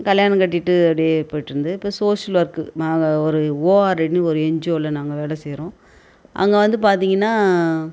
கல்யாணம் கட்டிகிட்டு அப்படியே போயிட்டுருந்து இப்போ சோசியல் ஒர்க்கு நாங்கள் ஒரு ஓர்ஆர்என்னு ஒரு என்ஜியோவில் நாங்கள் வேலை செய்கிறோம் அங்கே வந்து பார்த்திங்கன்னா